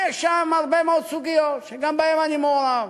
ויש שם הרבה מאוד סוגיות, שגם בהן אני מעורב,